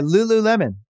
Lululemon